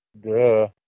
Duh